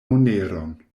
moneron